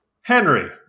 Henry